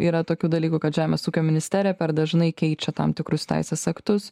yra tokių dalykų kad žemės ūkio ministerija per dažnai keičia tam tikrus teisės aktus